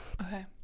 Okay